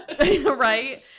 Right